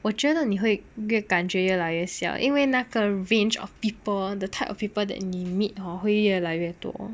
我觉得你会越感觉越来越小因为那个 range of people the type of people that you meet hor 会越来越多